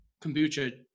kombucha